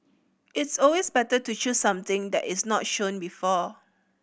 it's always better to choose something that is not shown before